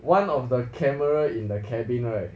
one of the camera in the cabin right